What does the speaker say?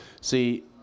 See